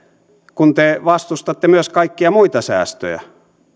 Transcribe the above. kun te vastustatte myös kaikkia muita säästöjä